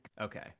Okay